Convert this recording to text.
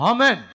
Amen